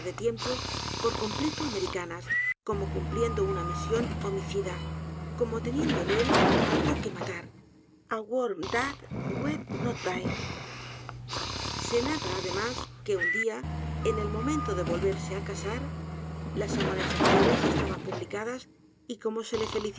tiempo por completo americanas como cumpliendo u n a misión homicida como teniendo en él algo que matar a toorm tliatwould not die se n a r r a además que u n día en el momento de volverse á casar las amonestaciones estaban publicadas y como se le